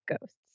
ghosts